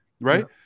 right